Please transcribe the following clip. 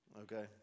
okay